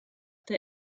der